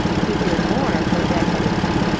to hear more of her red-headed friend,